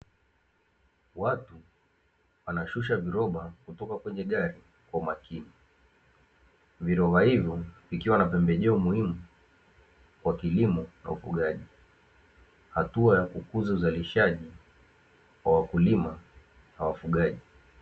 Watu wanashusha viroba kutoka kwenye gari kwa makini. Viroba hivyo vikiwa na pembejeo muhuimu kwa kilimo na ufugaji. Hatua ya kukuza uzalishaji kwa wakulima na wafugaji.